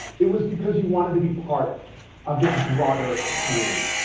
it was because you wanted to be part of this broader community.